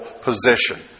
position